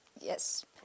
yes